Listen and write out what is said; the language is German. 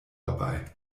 dabei